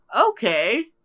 okay